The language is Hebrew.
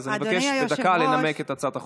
אני מבקש בדקה לנמק את הצעת החוק.